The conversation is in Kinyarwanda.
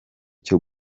cyo